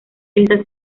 esta